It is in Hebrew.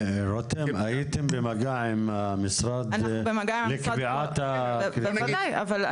רותם הייתם במגע עם המשרד לקביעת הקריטריונים?